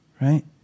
Right